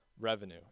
Revenue